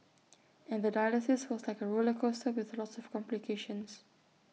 and the dialysis was like A roller coaster with lots of complications